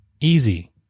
easy